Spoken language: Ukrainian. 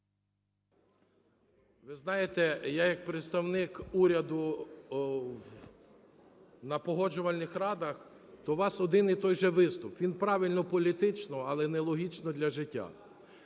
Ви знаєте, я як представник уряду на погоджувальних радах, то у вас один і той же виступ, він правильний політично, але нелогічний для життя.